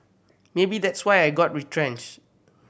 maybe that's why I got retrench